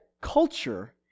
culture